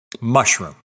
Mushroom